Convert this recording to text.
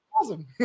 awesome